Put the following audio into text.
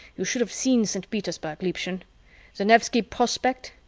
you should have seen saint petersburg, liebchen the nevsky prospekt,